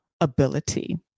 ability